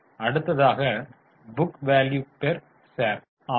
அடுத்ததாக book value per share ஆகும்